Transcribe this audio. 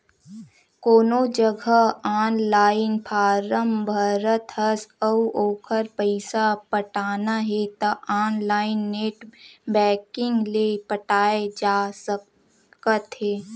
कोनो जघा online form भरत हस अउ ओखर पइसा पटाना हे त ऑनलाइन नेट बैंकिंग ले पटाए जा सकत हे